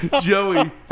Joey